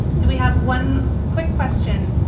do we have one quick question?